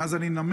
ומאז אני נמר,